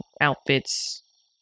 outfits